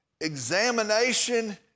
examination